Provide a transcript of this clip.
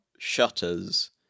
shutters